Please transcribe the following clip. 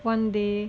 one day